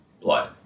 blood